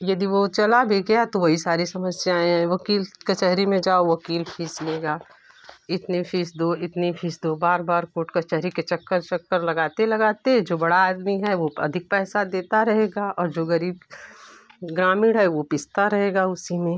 यदि वो चला भी गया तो वही सारी समस्याएँ हैं वकील कचहरी में जाओ वकील फ़ीस लेगा इतनी फ़ीस दो इतनी फ़ीस दो बार बार कोर्ट कचहरी के चक्कर चक्कर लगाते लगाते जो बड़ा आदमी है वो अधिक पैसा देता रहेगा और जो गरीब ग्रामीण है वो पिसता रहेगा उसी में